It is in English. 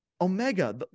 Omega